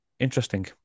Interesting